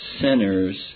sinners